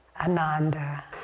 Ananda